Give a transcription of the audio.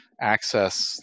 access